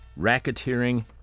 Racketeering